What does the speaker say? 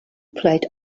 played